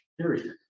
period